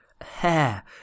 hair